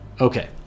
Okay